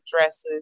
dresses